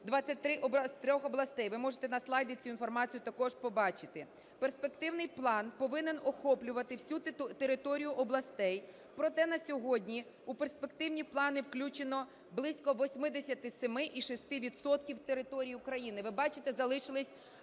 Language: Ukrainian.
23 областей. Ви можете на слайді цю інформацію також побачити. Перспективний план повинен охоплювати всю територію областей. Проте, на сьогодні у перспективні плани включено близько 87,6 відсотка території України. Ви бачите, залишились